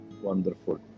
Wonderful